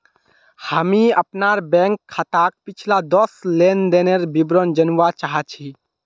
हामी अपनार बैंक खाताक पिछला दस लेनदनेर विवरण जनवा चाह छि